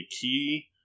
key –